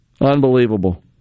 Unbelievable